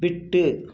விட்டு